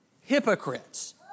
hypocrites